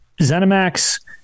zenimax